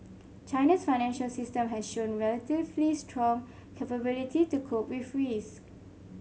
China's financial system has shown relatively strong capability to cope with risk